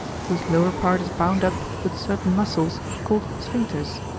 whose lower part is bound up with certain muscles called sphincters,